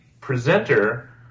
presenter